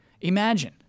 Imagine